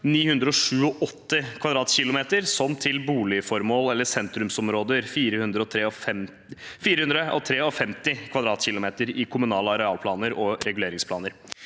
987 km[2] – som til boligformål eller sentrumsområder – 453 km[2] – i kommunale arealplaner og reguleringsplaner.